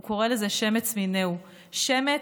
הוא קרא לזה "שמץ מיניהו" שמץ,